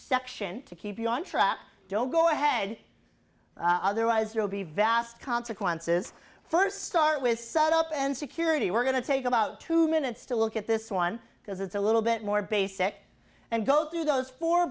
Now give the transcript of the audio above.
section to keep you on track don't go ahead otherwise you'll be vast consequences first start with set up and security we're going to take about two minutes to look at this one because it's a little bit more basic and go through those four